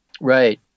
Right